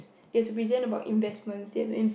they have to present about investments they have